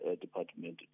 department